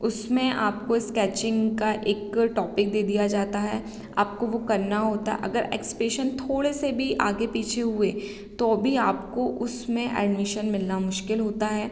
उसमें आपको स्केचिंग का एक टॉपिक दे दिया जाता है आपको वह करना होता अगर एक्सप्रेशन थोड़े से भी आगे पीछे हुए तो भी आपको उसमें एडमिशन मिलना मुश्किल होता है